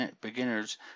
beginners